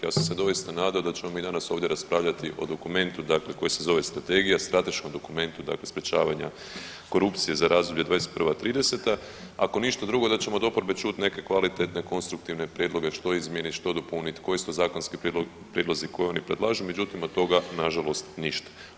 Ja sam se doista nadao da ćemo mi ovdje raspravljati o dokumentu dakle koji se zove Strategija, strateškom dokumentu dakle sprječavanja korupcije za razdoblje 21.-30., ako ništa drugo da ćemo od oporbe čuti neke kvalitetne, konstruktivne prijedloge, što izmjenit, što dopunit, koji su to zakonski prijedlozi koje oni predlažu, međutim od toga nažalost ništa.